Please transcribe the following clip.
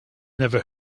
never